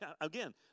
again